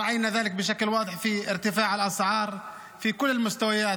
ראינו את זה באופן ברור בעליית המחירים בכל הרמות,